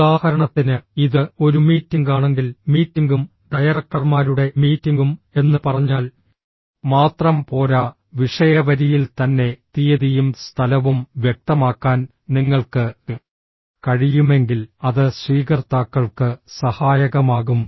ഉദാഹരണത്തിന് ഇത് ഒരു മീറ്റിംഗാണെങ്കിൽ മീറ്റിംഗും ഡയറക്ടർമാരുടെ മീറ്റിംഗും എന്ന് പറഞ്ഞാൽ മാത്രം പോരാ വിഷയ വരിയിൽ തന്നെ തീയതിയും സ്ഥലവും വ്യക്തമാക്കാൻ നിങ്ങൾക്ക് കഴിയുമെങ്കിൽ അത് സ്വീകർത്താക്കൾക്ക് സഹായകമാകും